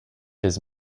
his